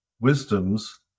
Wisdoms